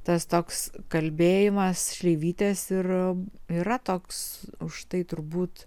tas toks kalbėjimas šleivytės ir yra toks užtai turbūt